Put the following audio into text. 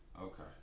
Okay